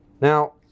Now